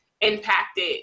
impacted